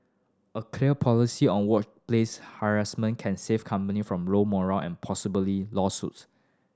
a clear policy on workplace harassment can save company from low morale and possibly lawsuits